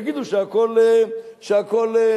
יגידו שהכול,